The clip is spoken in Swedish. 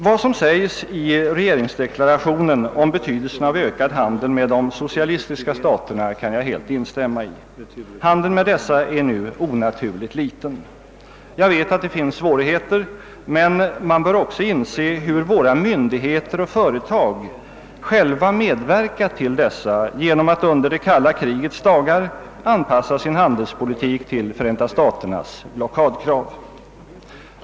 Vad som sägs i regeringsdeklarationen om betydelsen av ökad handel med de socialistiska staterna kan jag helt instämma i. Handeln med dessa är nu onaturligt liten. Jag vet att det finns svårigheter, men man bör också inse hur våra myndigheter och företag själva medverkat till dessa genom att under det kalla krigets dagar anpassa sin handelspolitik till Förenta staternas blockadkrav.